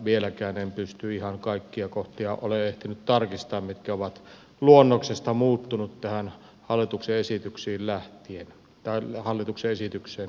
vieläkään en ole ehtinyt tarkistamaan ihan kaikkia kohtia mitkä ovat luonnoksesta muuttuneet tähän hallituksen esitykseen päädyttyään